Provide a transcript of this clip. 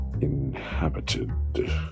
inhabited